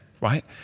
right